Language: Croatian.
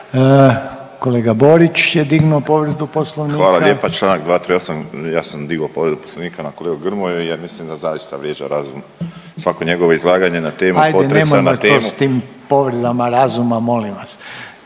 Kolega Borić je dignuo povredu Poslovnika. **Borić, Josip (HDZ)** Hvala lijepa. Članak 238., ja sam digao povredu Poslovnika na kolegu Grmoju jer mislim da zaista vrijeđa razum. Svako njegovo izlaganje na temu potresa … …/Upadica Željko Reiner: Ajde nemojmo to s tim povredama razuma molim vas./…